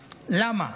למה?